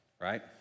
right